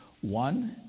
One